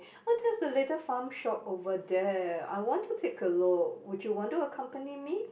what is the little farm shop over there I want to take a look would you want to accompany me